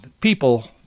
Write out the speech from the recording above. people